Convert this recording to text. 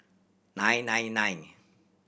nine nine nine